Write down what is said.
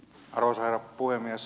arvoisa herra puhemies